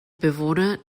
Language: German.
bewohner